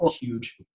huge